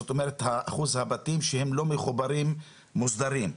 זאת אומרת אחוז הבתים שהם לא מחוברים מוסדרים.